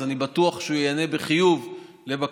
אז אני בטוח שהוא ייענה בחיוב לבקשתי